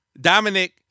Dominic